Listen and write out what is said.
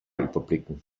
überblicken